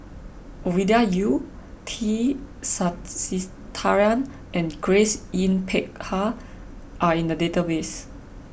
Ovidia Yu T Sasitharan and Grace Yin Peck Ha are in the database